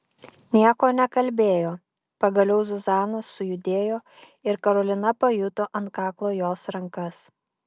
nieko nekalbėjo pagaliau zuzana sujudėjo ir karolina pajuto ant kaklo jos rankas